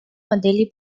моделей